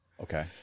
Okay